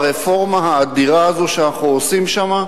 ברפורמה האדירה הזאת שאנחנו עושים שם,